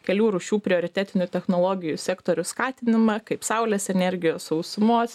kelių rūšių prioritetinių technologijų sektorių skatinimą kaip saulės energiją sausumos